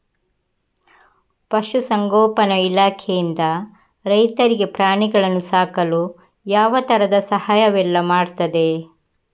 ಪಶುಸಂಗೋಪನೆ ಇಲಾಖೆಯಿಂದ ರೈತರಿಗೆ ಪ್ರಾಣಿಗಳನ್ನು ಸಾಕಲು ಯಾವ ತರದ ಸಹಾಯವೆಲ್ಲ ಮಾಡ್ತದೆ?